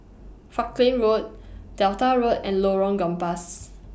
Falkland Road Delta Road and Lorong Gambas